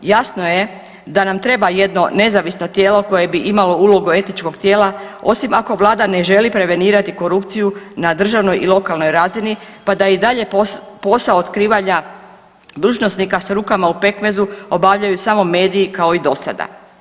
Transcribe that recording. Jasno je da nam treba jedno nezavisno tijelo koje bi imalo ulogu etičkog tijela osim ako Vlada ne želi prevenirati korupciju na državnoj i lokalnoj razini, pa da i dalje posao otkrivanja dužnosnika sa rukama u pekmezu obavljaju samo mediji kao i do sada.